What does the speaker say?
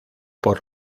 por